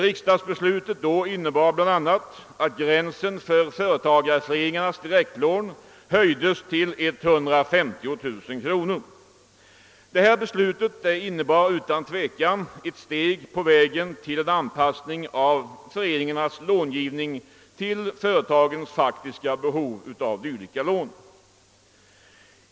Riksdagsbeslutet då innebar bl.a. att gränsen för företagareföreningarnas direktlån höjdes till 150 000 kronor. Beslutet innebar utan tvivel ett steg på vägen mot en anpassning av föreningarnas långivning till företagens faktiska behov av dylika lån.